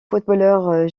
footballeurs